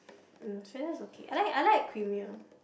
mm Swensens okay I like I like creamy one